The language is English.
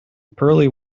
pearly